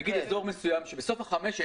למשל באזור מסוים בסוף חמש השנים היא